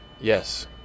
Yes